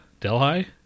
Delhi